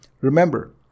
remember